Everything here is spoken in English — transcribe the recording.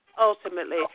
ultimately